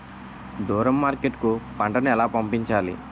దూరం మార్కెట్ కు పంట ను ఎలా పంపించాలి?